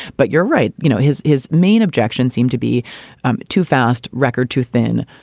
but you're right. you know, his his main objection seemed to be um too fast record too thin.